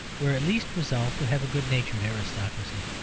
were at least resolved to have a good-natured aristocracy.